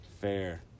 fair